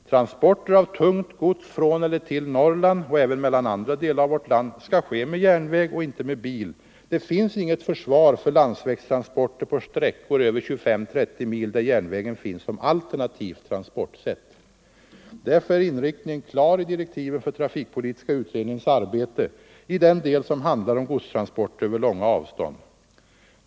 Transporter av tungt gods från eller till Norrland och även mellan andra delar av vårt land skall ske med järnväg och inte med bil. Det finns inget försvar för landsvägstransporter på sträckor över 25-30 mil där järnvägen finns som alternativt transportsätt. Därför är inriktningen klar i direktiven för trafikpolitiska utredningens arbete i den del som handlar om godtransporter över långa avstånd.